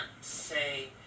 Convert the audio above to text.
say